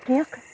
है